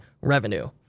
revenue